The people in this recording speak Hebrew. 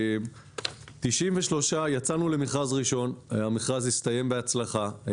יצאנו למכרז ראשון שהסתיים בהצלחה.